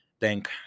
thank